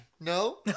No